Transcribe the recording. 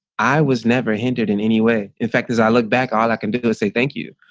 i was never hindered in any way. in fact, as i look back, all i can do is say thank you,